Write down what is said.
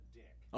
dick